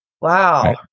Wow